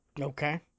Okay